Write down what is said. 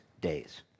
days